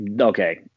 Okay